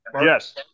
yes